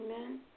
Amen